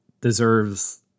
deserves